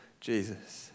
Jesus